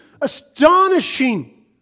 astonishing